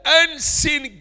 unseen